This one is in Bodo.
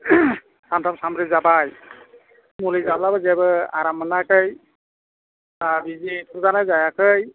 सानथाम सानब्रै जाबाय मुलि जाब्लाबो जेबो आराम मोनाखै बिजि थुजानाय जायाखै